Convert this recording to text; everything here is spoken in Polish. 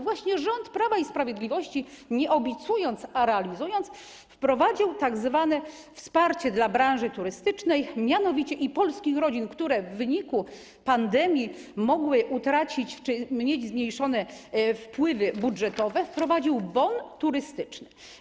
Właśnie rząd Prawa i Sprawiedliwości, nie obiecując, a realizując, wprowadził tzw. wsparcie dla branży turystycznej i polskich rodzin, które w wyniku pandemii mogły utracić czy mieć zmniejszone wpływy budżetowe - wprowadził bon turystyczny.